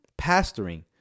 pastoring